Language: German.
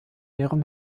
ihrem